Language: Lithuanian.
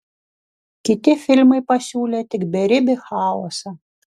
kiti filmai pasiūlė tik beribį chaosą